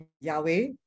Yahweh